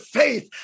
faith